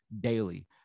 daily